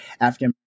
African